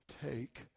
take